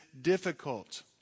difficult